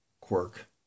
quirk